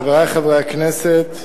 חברי חברי הכנסת,